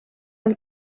del